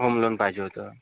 home loan पाहिजे होतं